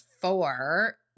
four